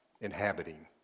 Inhabiting